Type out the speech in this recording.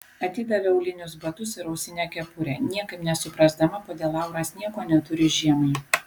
atidavė aulinius batus ir ausinę kepurę niekaip nesuprasdama kodėl lauras nieko neturi žiemai